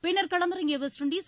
பின்னர் களமிறங்கிய West Indies